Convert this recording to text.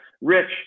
Rich